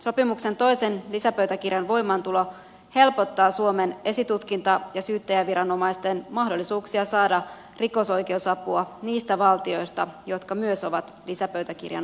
sopimuksen toisen lisäpöytäkirjan voimaantulo helpottaa suomen esitutkinta ja syyttäjäviranomaisten mahdollisuuksia saada rikosoikeusapua niistä valtioista jotka myös ovat lisäpöytäkirjan osapuolia